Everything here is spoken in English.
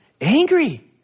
angry